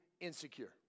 insecure